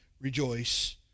rejoice